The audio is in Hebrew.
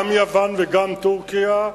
גם יוון וגם טורקיה,